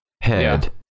head